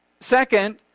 Second